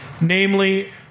Namely